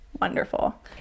wonderful